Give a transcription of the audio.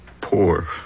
poor